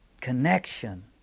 connection